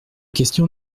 question